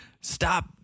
Stop